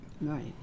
Right